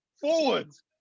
forwards